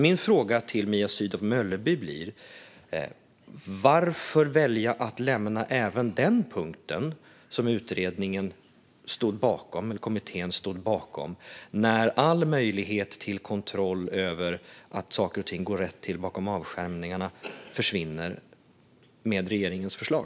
Min fråga till Mia Sydow Mölleby blir: Varför välja att lämna även den punkten, som kommittén stod bakom, när all möjlighet till kontroll över att saker och ting går rätt till bakom avskärmningarna försvinner med regeringens förslag?